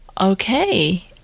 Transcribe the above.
Okay